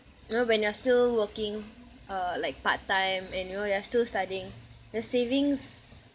you know when you're still working uh like part-time and you know you're still studying the savings